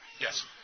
Yes